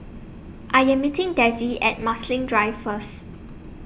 I Am meeting Dezzie At Marsiling Drive First